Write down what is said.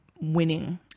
winning